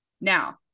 Now